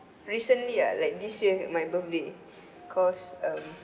recently ah like this year my birthday cause um